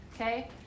okay